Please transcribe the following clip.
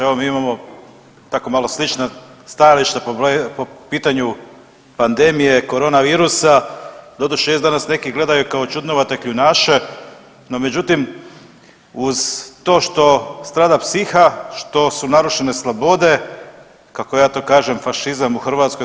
Evo mi imamo tako malo slična stajališta po pitanju pandemije korona virusa doduše jest da nas neki gledaju kao čudnovate kljunaše no međutim uz to što strada psiha, što su narušene slobode kako ja to kažem fašizam u Hrvatskoj 21.